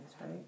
right